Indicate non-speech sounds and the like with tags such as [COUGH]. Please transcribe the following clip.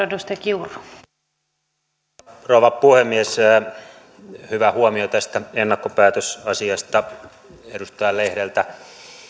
[UNINTELLIGIBLE] arvoisa rouva puhemies hyvä huomio tästä ennakkopäätösasiasta edustaja lehdeltä